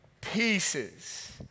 Pieces